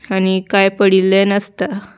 आनी कांय पडिल्लें नासता